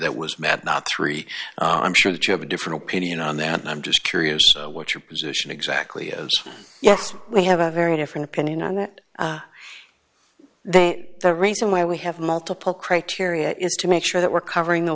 that was mad not three i'm sure that you have a different opinion on that and i'm just curious what your position exactly is yes we have a very different opinion on that they the reason why we have multiple criteria is to make sure that we're covering the